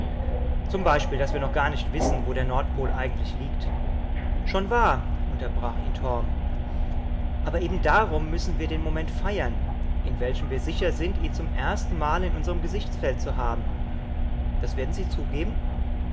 zum beispiel daß wir noch gar nicht wissen wo der nordpol eigentlich liegt schon wahr unterbrach ihn torm aber eben darum müssen wir den moment feiern in welchem wir sicher sind ihn zum erstenmal in unserm gesichtsfeld zu haben das werden sie zugeben